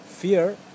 Fear